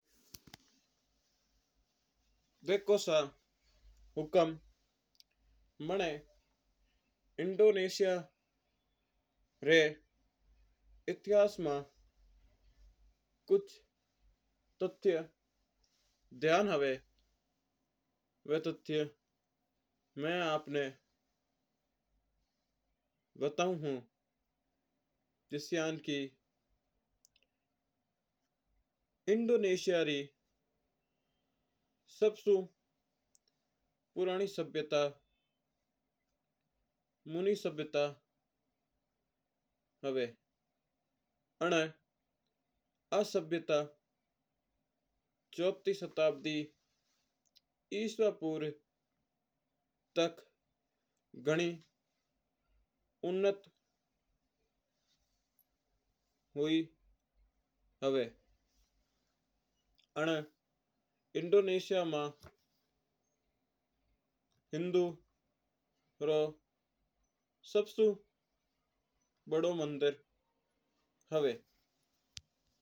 देखो सा हुकम मना इंडोनेशिया री एथिया कुछ तथ्य ध्यान आवा है वा तथ्य है। म‌ै आपना बताऊं हूँ जिस्यांन कि इंडोनेशिया की सबसे पुरानी सभ्यता मुन्नी सभ्यता हुआ है। आनी आप सभ्यता चार शताब्दी तक घणी उन्नत हुई हुआ है आना इंडोनेशिया म‌ै सबसे बड़ो मंदिर है।